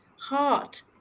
Heart